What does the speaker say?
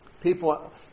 People